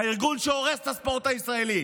הארגון שהורס את הספורט הישראלי.